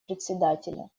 председателя